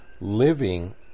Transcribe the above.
living